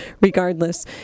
regardless